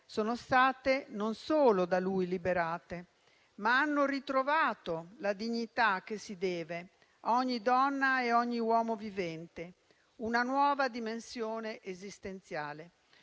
sono state non solo da lui liberate, ma hanno anche ritrovato la dignità che si deve a ogni donna e a ogni uomo vivente, una nuova dimensione esistenziale.